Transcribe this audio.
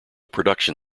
production